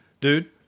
dude